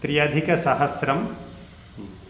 त्र्यधिक सहस्रम्